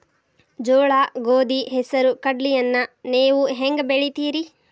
ಜೋಳ, ಗೋಧಿ, ಹೆಸರು, ಕಡ್ಲಿಯನ್ನ ನೇವು ಹೆಂಗ್ ಬೆಳಿತಿರಿ?